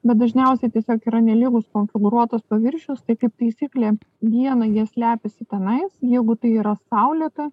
bet dažniausiai tiesiog yra nelygus konfigūruotas paviršiaus tai kaip taisyklė dieną jie slepiasi tenais jeigu tai yra saulėta